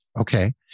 Okay